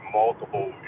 multiple